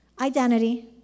Identity